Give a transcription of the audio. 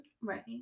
right